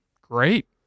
great